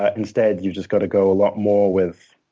ah instead, you've just got to go a lot more with